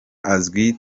azwi